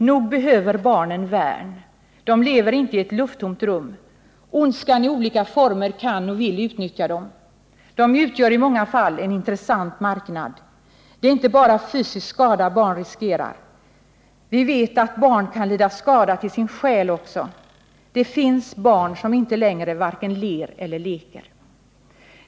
Nog behöver barnen värn. De lever inte i ett lufttomt rum. Ondskan i olika former kan och vill utnyttja dem. De utgör i många fall en intressant marknad. Det är inte bara fysisk skada barn riskerar, vi vet att barn också kan lida skada till sin själ. Det finns barn som inte längre vare sig ler eller leker.